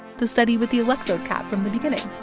the study with the electrode cap from the beginning